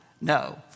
no